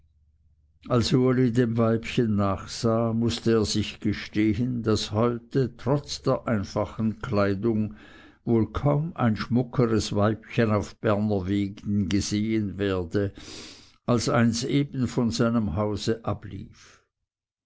als uli dem weibchen nachsah mußte er sich gestehen daß heute trotz der einfachen kleidung wohl kaum ein schmuckeres weibchen auf berner wegen gehen werde als eins eben von seinem hause ablief